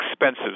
expensive